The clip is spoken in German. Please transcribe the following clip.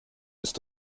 ist